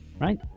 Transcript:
right